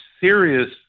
serious